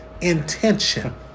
intention